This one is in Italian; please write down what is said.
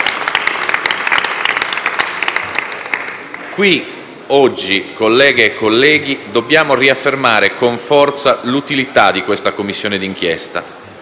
Qui, oggi, colleghe e colleghi, dobbiamo riaffermare con forza l'utilità di questa Commissione d'inchiesta,